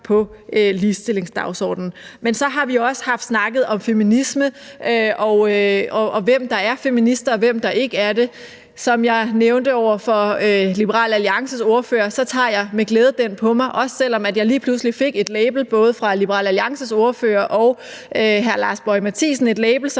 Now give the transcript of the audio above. på ligestillingsdagsordenen. Men så har vi også haft snakket om feminisme og om, hvem der er feminister, og hvem der ikke er det. Som jeg nævnte over for Liberal Alliances ordfører, tager jeg med glæde den på mig, også selv om jeg lige pludselig fik en label både fra Liberal Alliances ordfører og fra hr. Lars Boje Mathiesen – en label, som